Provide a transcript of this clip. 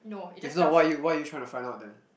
if not what are you what are you trying to find out then